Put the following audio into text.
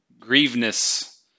grieveness